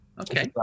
Okay